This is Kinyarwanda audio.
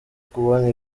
kubona